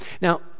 Now